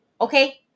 Okay